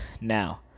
Now